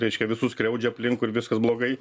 reiškia visus skriaudžia aplinkui ir viskas blogai